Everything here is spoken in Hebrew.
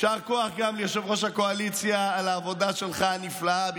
יישר כוח גם לראש הקואליציה על העבודה הנפלאה שלך.